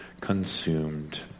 consumed